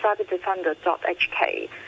cyberdefender.hk